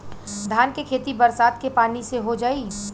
धान के खेती बरसात के पानी से हो जाई?